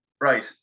right